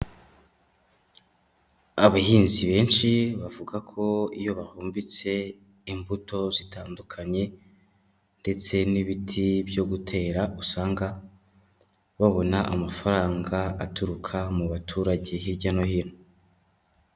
Abahinzi benshi bavuga ko iyo bahumbitse imbuto zitandukanye ndetse n'ibiti byo gutera, usanga babona amafaranga aturuka mu baturage hirya no hino.